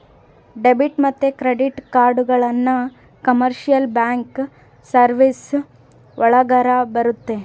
debit ಮತ್ತೆ credit ಕಾರ್ಡ್ಗಳನ್ನ commercial bank services ಒಳಗರ ಬರುತ್ತೆ